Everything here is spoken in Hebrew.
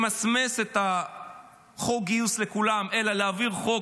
למסמס את חוק הגיוס לכולם ולהעביר חוק